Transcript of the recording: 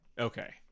Okay